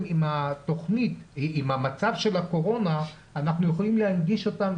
עם המצב של הקורונה אנחנו יכולים להנגיש אותם,